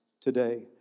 today